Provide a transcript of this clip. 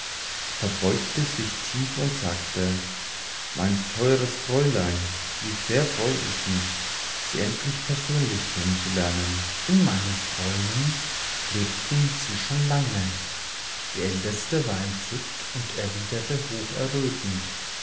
verbeugte sich tief und sagte mein teures fräulein wie sehr freue ich mich sie endlich persönlich kennenzulernen in meinen träumen lebten sie schon lange die älteste war entzückt und erwiderte